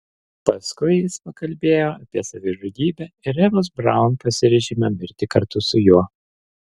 paskui jis pakalbėjo apie savižudybę ir evos braun pasiryžimą mirti kartu su juo